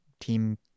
team